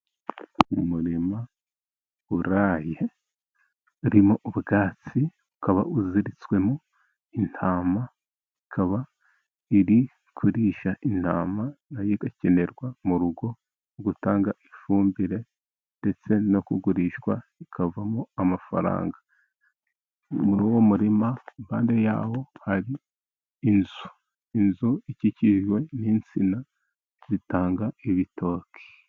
Mu murima uraraye urimo ubwatsi, ukaba uziritswemo intama ikaba iri kurisha, intama na yo igakenerwa mu rugo mu gutanga ifumbire ndetse no kugurishwa ikavamo amafaranga, muri uwo murima impande ya ho hari inzu, inzu ikikijwe n'insina zitanga ibitoki.